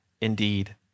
Indeed